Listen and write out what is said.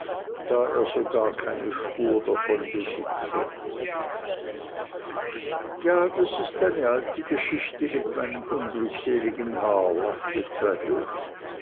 da er so gar keine spur davon besitze ja das ist eine alte geschichte mit meinem unglückseligen haar lachte